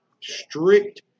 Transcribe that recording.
Strict